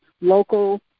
local